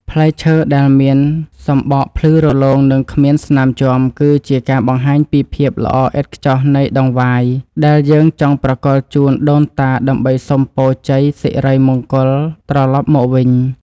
ផ្លែឈើដែលមានសម្បកភ្លឺរលោងនិងគ្មានស្នាមជាំគឺជាការបង្ហាញពីភាពល្អឥតខ្ចោះនៃដង្វាយដែលយើងចង់ប្រគល់ជូនដូនតាដើម្បីសុំពរជ័យសិរីមង្គលត្រឡប់មកវិញ។